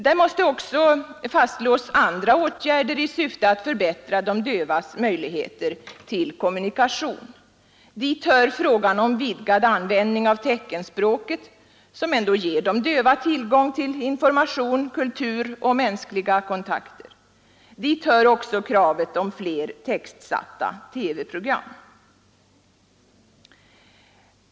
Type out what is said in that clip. Där måste också fastslås andra åtgärder i syfte att förbättra de dövas möjligheter till kommunikation. Dit hör frågan om vidgad användning av teckenspråket, som ger de döva tillgång till information, kultur och mänskliga kontakter. Dit hör också kravet på fler textsatta TV-program.